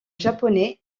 japonais